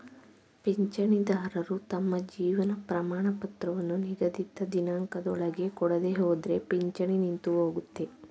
ಪಿಂಚಣಿದಾರರು ತಮ್ಮ ಜೀವನ ಪ್ರಮಾಣಪತ್ರವನ್ನು ನಿಗದಿತ ದಿನಾಂಕದೊಳಗೆ ಕೊಡದೆಹೋದ್ರೆ ಪಿಂಚಣಿ ನಿಂತುಹೋಗುತ್ತೆ